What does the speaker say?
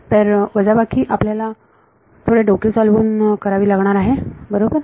तर वजाबाकी आपल्याला थोडे डोके चालवून करावी लागणार आहे बरोबर